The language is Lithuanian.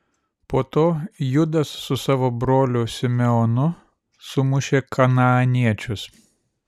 po to judas su savo broliu simeonu sumušė kanaaniečius